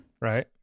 right